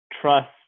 trust